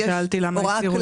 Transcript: לכן שאלתי למה הוציאו את הסעיף.